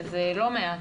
שזה לא מעט,